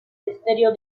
estero